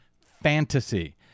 fantasy